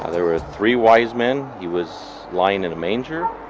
ah there were three wise men, he was lying in a manger,